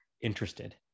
interested